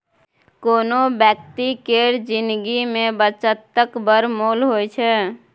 कोनो बेकती केर जिनगी मे बचतक बड़ मोल होइ छै